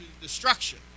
destruction